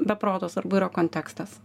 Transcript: be proto svarbu yra kontekstas